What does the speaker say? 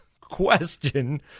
question